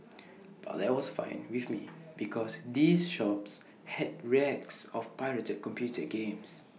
but that was fine with me because these shops had racks of pirated computer games